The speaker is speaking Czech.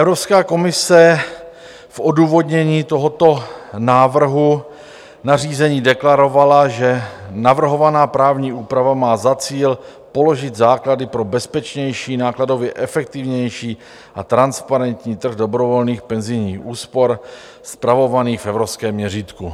Evropská komise v odůvodnění tohoto návrhu nařízení deklarovala, že navrhovaná právní úprava má za cíl položit základy pro bezpečnější, nákladově efektivnější a transparentní trh dobrovolných penzijních úspor spravovaných v evropském měřítku.